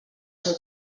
seu